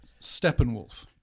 Steppenwolf